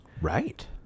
Right